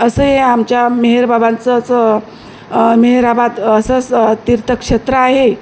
असं हे आमच्या मेहेरबाबांचंच मेहराबाद असंच तीर्थक्षेत्र आहे